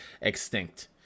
extinct